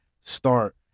start